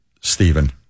Stephen